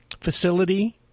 facility